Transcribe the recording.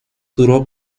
duró